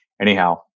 Anyhow